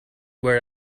were